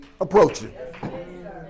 approaching